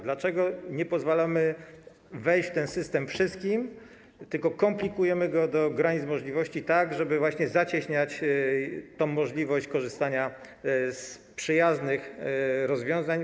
Dlaczego nie pozwalamy wejść do tego systemu wszystkim, tylko komplikujemy go do granic możliwości, tak żeby zacieśniać tę możliwość korzystania z przyjaznych rozwiązań?